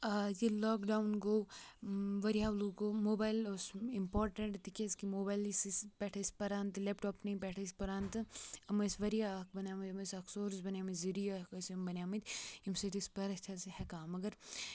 آ ییٚلہِ lockdown گوٚو وارِیَہو لُکو موبایَل اوس اِمپاٹَنٛٹ تِکیٛازِکہِ موبایِلنٕے سٕے پٮ۪ٹھ ٲسۍ پَران تہٕ لٮ۪پٹاب پٮ۪ٹھ ٲسۍ پَران تہٕ یِم ٲسۍ واریاہ اَکھ بَنیٛاومٕتۍ أم ٲسۍ اَکھ سورٕس بَنیٛامٕتۍ ذٔریعہِ اَکھ ٲسۍ یِم بَنیٛامٕتۍ ییٚمہِ سۭتۍ أسۍ پٔرِتھ ٲسۍ ہٮ۪کان مگر